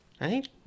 right